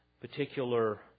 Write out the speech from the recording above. particular